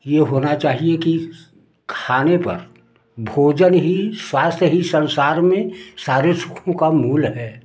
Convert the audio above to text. ये होना चाहिए कि खाने पर भोजन ही स्वास्थ्य ही संसार में सारे सुखों का मूल है